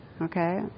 okay